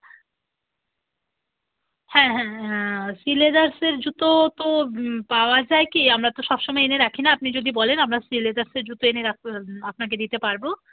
হ্যাঁ হ্যাঁ হ্যাঁ আর শ্রীলেদার্স এর জুতো তো পাওয়া যায় কি আমরা তো সব সময় এনে রাখি না আপনি যদি বলেন আমরা শ্রীলেদার্স এর জুতো এনে রাখ আপনাকে দিতে পারবো